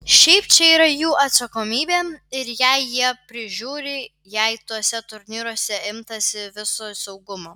šiaip čia yra jų atsakomybė ir jei jie prižiūri jei tuose turnyruose imtasi viso saugumo